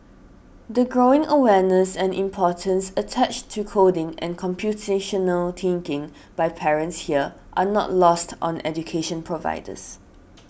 the growing awareness and importance attached to coding and computational thinking by parents here are not lost on education providers